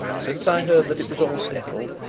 since i heard that it was all settled,